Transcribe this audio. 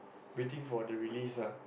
waiting for the release ah